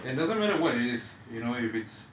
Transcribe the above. and doesn't matter what it is you know if it's